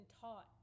taught